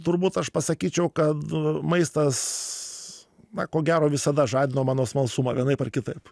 turbūt aš pasakyčiau kad maistas na ko gero visada žadino mano smalsumą vienaip ar kitaip